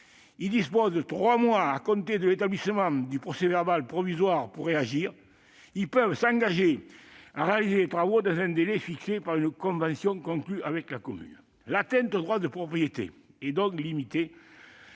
Ils disposent de trois mois à compter de l'établissement du procès-verbal provisoire pour réagir. Ils peuvent s'engager à réaliser des travaux dans un délai fixé par une convention conclue avec la commune. L'atteinte au droit de propriété est donc limitée